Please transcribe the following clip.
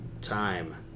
time